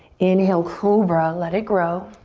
inhale, cobra, let it grow.